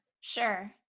sure